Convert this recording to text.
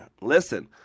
listen